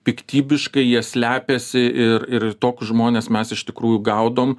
piktybiškai jie slepiasi ir ir ir tokius žmones mes iš tikrųjų gaudom